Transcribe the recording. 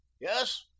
yes